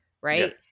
right